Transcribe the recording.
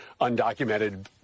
undocumented